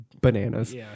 Bananas